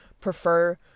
prefer